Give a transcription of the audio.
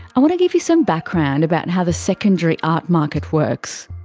i want to give you some background about and how the secondary art market works.